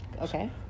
Okay